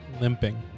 limping